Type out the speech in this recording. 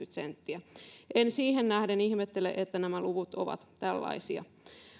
senttiä en siihen nähden ihmettele että nämä luvut ovat tällaisia